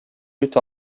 lutte